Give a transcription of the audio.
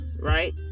right